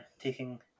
taking